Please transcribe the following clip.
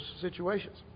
situations